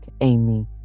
Amy